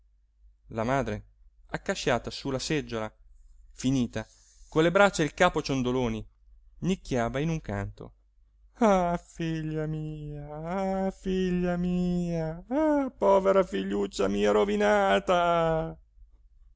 la madre accasciata su la seggiola finita con le braccia e il capo ciondoloni nicchiava in un canto ah figlia mia ah figlia mia ah povera figliuccia mia rovinata